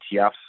ETFs